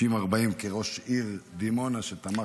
כראש עיר דימונה שתמך.